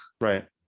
Right